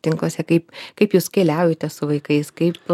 tinkluose kaip kaip jūs keliaujate su vaikais kaip